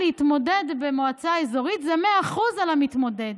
להתמודד במועצה אזורית זה 100% על המתמודד.